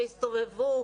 שיסתובבו,